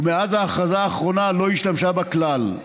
ומאז ההכרזה האחרונה לא השתמשה בה כלל.